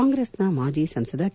ಕಾಂಗ್ರೆಸ್ನ ಮಾಜಿ ಸಂಸದ ಕೆ